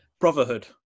brotherhood